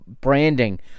branding